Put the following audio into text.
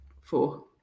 four